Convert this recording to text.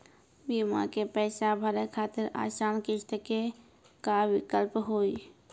बीमा के पैसा भरे खातिर आसान किस्त के का विकल्प हुई?